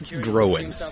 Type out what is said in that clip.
Growing